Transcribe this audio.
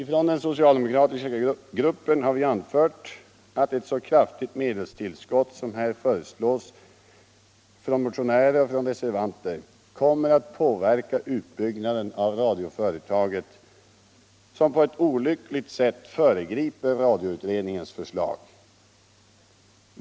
Ifrån den socialdemokratiska gruppen har vi anfört att ett så kraftigt medelstillskott som här föreslås av motionärerna och reservanterna kommer att påverka utbyggnaden av radioföretaget och på ett olyckligt sätt föregripa radioutredningens förslag.